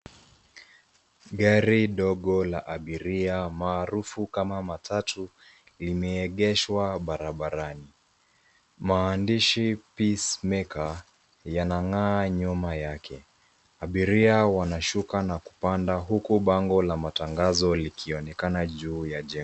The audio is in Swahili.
Gari ndogo la abiria maarufu kama matatu limeegeshwa barabarani. Maandishi, peacemaker, yanang'aa nyuma yake. Abiria wanashuka na kupanda huku bango la matangazo likionekana juu ya jengo.